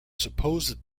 supposed